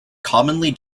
commonly